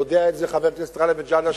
יודע את זה חבר הכנסת גאלב מג'אדלה,